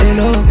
hello